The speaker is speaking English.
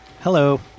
Hello